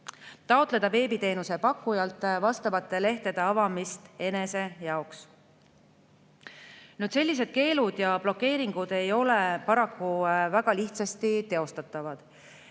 taotleda veebiteenuse pakkujalt vastavate lehtede avamist enese jaoks?" Sellised keelud ja blokeeringud ei ole paraku väga lihtsasti teostatavad